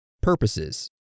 purposes